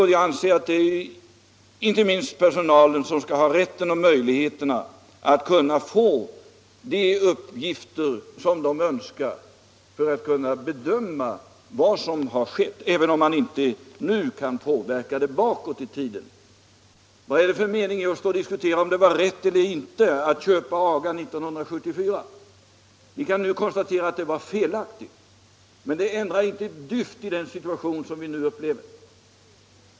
Och jag anser att inte minst personalen skall ha rätt och möjlighet att få de uppgifter som de önskar för att kunna bedöma 173 vad som har skett —- även om förhållandena inte kan påverkas bakåt i tiden. Vad är det för mening att diskutera om det var rätt eller fel att köpa AGA 1974? Vi kan nu konstatera att det inte löste några problem. Men det ändrar inte ett dyft i den situation som vi nu upplever.